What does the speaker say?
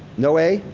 no a,